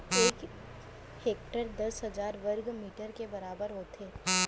एक हेक्टर दस हजार वर्ग मीटर के बराबर होथे